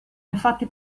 infatti